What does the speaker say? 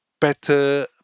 better